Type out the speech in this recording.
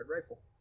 rifle